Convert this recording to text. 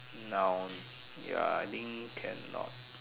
noun ya I think cannot